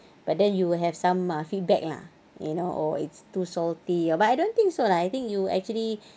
but then you will have some ah feedback lah you know oh it's too salty but I don't think so lah I think you actually